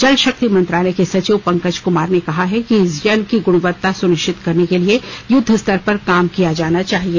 जलशक्ति मंत्रालय के सचिव पंकज कुमार ने कहा है कि जल की गुणवत्ता सुनिश्चित करने के लिए युद्वस्तर पर काम किया जाना चाहिए